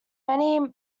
many